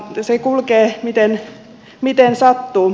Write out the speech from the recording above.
se kulkee miten sattuu